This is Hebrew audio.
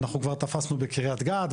אנחנו כבר תפסנו בקריית גת,